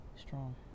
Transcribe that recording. strong